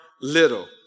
little